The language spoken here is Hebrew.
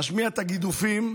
משמיע את הגידופים,